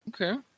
okay